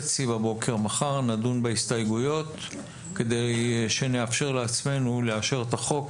08:30 בבוקר נדון בהסתייגויות כדי שנאפשר לעצמנו לאשר את החוק